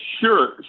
Sure